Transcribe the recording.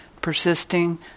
persisting